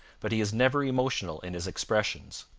but he is never emotional in his expressions.